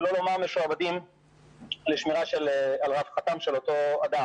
שלא לומר משועבדים לרווחתו של אותו אדם.